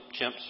chimps